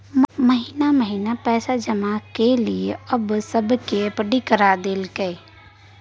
महिना महिना पैसा जमा केलियै आब सबके एफ.डी करा देलकै